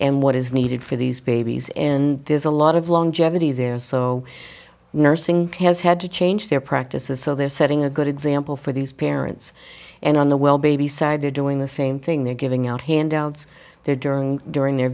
and what is needed for these babies in does a lot of longevity there so nursing has had to change their practices so they're setting a good example for these parents and on the well baby side are doing the same thing they're giving out handouts they're during during the